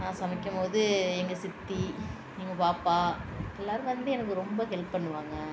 நான் சமைக்கும் போது எங்கள் சித்தி எங்கள் பாப்பா எல்லாரும் வந்து எனக்கு ரொம்ப ஹெல்ப் பண்ணுவாங்க